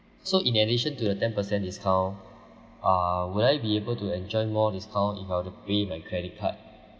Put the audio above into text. so in addition to the ten percent discount uh would I be able to enjoy more discount if I were to pay by credit card